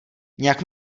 nějak